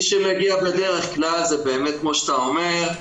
מי שמגיע בדרך כלל זה באמת כמו שאתה אומר,